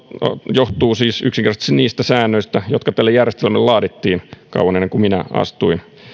johtuu siis yksinkertaisesti niistä säännöistä jotka tälle järjestelmälle laadittiin kauan ennen kuin minä astuin